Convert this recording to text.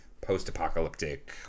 post-apocalyptic